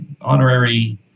honorary